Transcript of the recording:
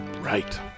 right